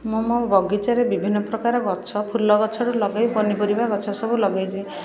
ମୁଁ ମୋ ବଗିଚାରେ ବିଭିନ୍ନ ପ୍ରକାର ଗଛ ଫୁଲ ଗଛରୁ ଲଗେଇ ପନିପରିବା ଗଛ ସବୁ ଲଗେଇଛି